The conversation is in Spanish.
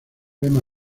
lema